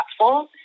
platform